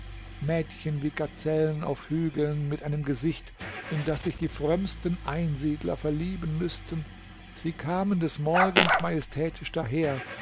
mädchen wie gazellen auf hügeln mit einem gesicht in das sich die frömmsten einsiedler verlieben müßten sie kamen des morgens majestätisch daher